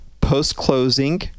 post-closing